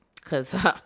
Cause